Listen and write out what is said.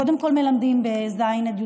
קודם כול מלמדים בז' עד י'.